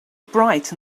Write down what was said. bright